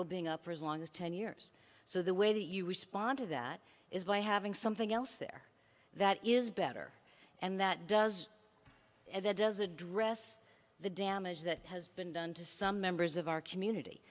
being up or is long as ten years so the way that you respond to that is by having something else there that is better and that does and that does address the damage that has been done to some members of our community